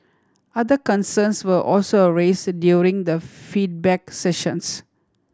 other concerns were also raise during the feedback sessions